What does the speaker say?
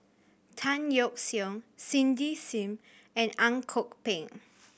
Tan Yeok Seong Cindy Sim and Ang Kok Peng